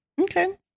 okay